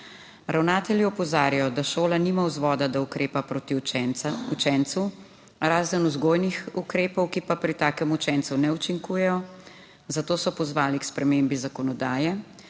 Ravnatelji opozarjajo, da šola nima vzvoda, da ukrepa proti učencu, razen vzgojnih ukrepov, ki pa pri takem učencu ne učinkujejo. Zato so pozvali k spremembi zakonodaje,